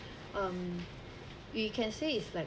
um we can say it's like